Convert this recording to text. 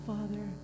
Father